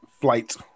flight